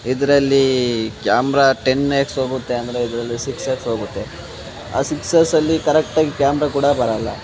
ಇದರಲ್ಲಿ camera ten X ಹೋಗುತ್ತೆ ಅಂದರೆ ಇದರಲ್ಲಿ ಸಿಕ್ಸ್ ಎಕ್ಸ್ ಹೋಗುತ್ತೆ ಆ ಸಿಕ್ಸ್ ಎಸಲ್ಲಿ ಕರೆಕ್ಟಾಗಿ ಕ್ಯಾಮ್ರ ಕೂಡ ಬರೋಲ್ಲ